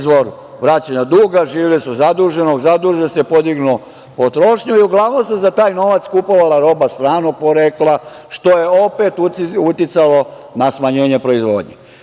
izvor vraćanja duga, živeli su zaduženi, zaduže se, podignu potrošnju i uglavnom se za taj novac kupovala roba stranog porekla, što je opet uticalo na smanjenje proizvodnje. Srbija